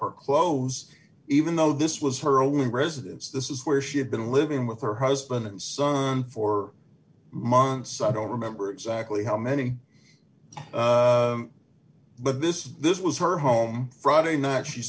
her clothes even though this was her own residence this is where she had been living with her husband and son for months i don't remember exactly how many but this is this was her home friday night she's